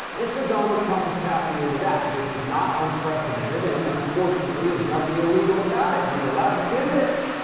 and so donald trump is tapping into that. this is not unprecedented, and unfortunately, there's nothing illegal about it. he's allowed to do this,